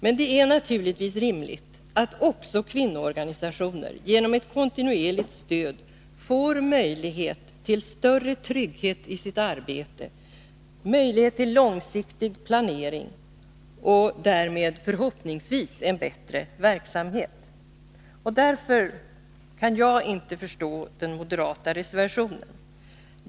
Men det är naturligtvis rimligt att också kvinnoorganisationer genom ett kontinuerligt stöd får möjlighet till större trygghet i sitt arbete, möjlighet till långsiktig planering och därmed förhoppningsvis en bättre verksamhet. Därför kan jag inte förstå den moderata reservationen.